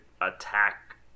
attack